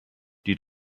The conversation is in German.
die